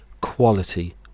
quality